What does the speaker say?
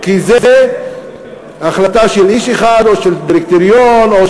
כי זו החלטה של איש אחד או של דירקטוריון מול לקוח,